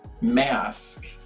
mask